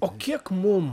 o kiek mum